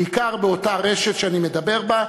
בעיקר באותה רשת שאני מדבר בה,